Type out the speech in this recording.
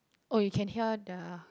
orh you can hear the